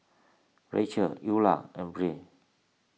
Rachelle Eulah and Brea